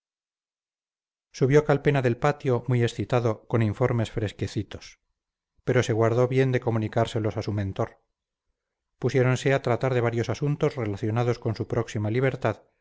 subió calpena del patio muy excitado con informes fresquecitos pero se guardó bien de comunicárselos a su mentor pusiéronse a tratar de varios asuntos relacionados con su próxima libertad